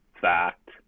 fact